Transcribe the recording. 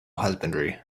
husbandry